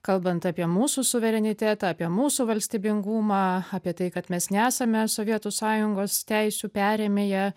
kalbant apie mūsų suverenitetą apie mūsų valstybingumą apie tai kad mes nesame sovietų sąjungos teisių perėmėja